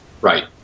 right